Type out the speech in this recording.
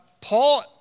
Paul